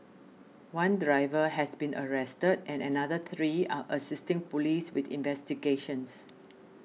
one driver has been arrested and another three are assisting police with investigations